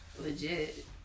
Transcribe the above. Legit